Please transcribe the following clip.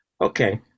okay